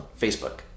Facebook